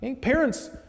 Parents